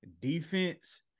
defense